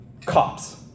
cops